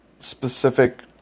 specific